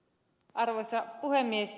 arvoisa puhemies